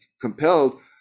compelled